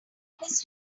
his